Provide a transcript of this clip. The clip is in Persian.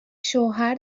شوهر